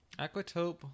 Aquatope